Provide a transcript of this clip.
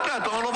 נתניהו.